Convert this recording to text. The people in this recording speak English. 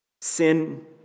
Sin